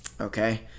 okay